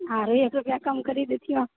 अरे एक रुपैआ कम करि दैतियो